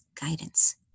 guidance